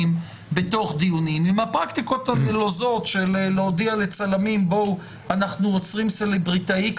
לא, לצערי זה לא